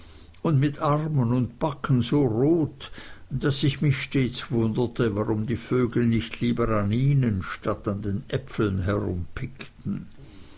und mit armen und backen so rot daß ich mich stets wunderte warum die vögel nicht lieber an ihnen statt an den äpfeln